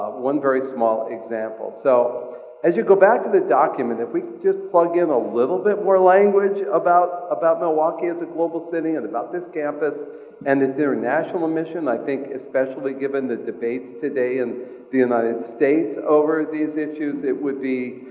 one very small example. so as you go back to the document, if we could just plug in a little bit more language about about milwaukee as a global city and about this campus and its international admission, i think especially given the debates today in the united states over these issues, it would be